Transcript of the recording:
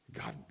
God